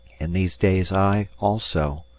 in these days i, also,